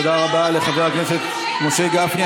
תודה רבה לחבר הכנסת משה גפני.